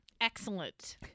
Excellent